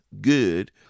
good